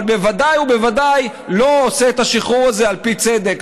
אבל בוודאי ובוודאי לא עושה את השחרור הזה על פי צדק.